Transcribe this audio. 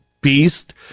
beast